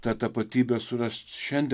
tą tapatybę surast šiandien